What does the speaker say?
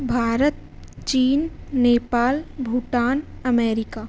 भारतं चीना नेपाल् भूटान् अमेरिका